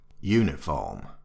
Uniform